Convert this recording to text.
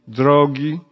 drogi